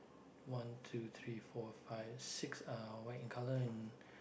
one two three four five six uh white in colour and